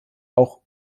auch